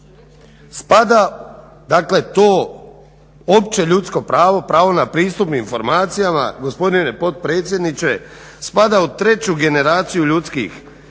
dakle to opće ljudsko pravo, pravo na pristup informacijama gospodine potpredsjedniče, spada u treću generaciju ljudskih